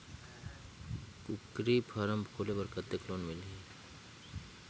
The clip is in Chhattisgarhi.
कतेक समय मे पइसा पहुंच जाही?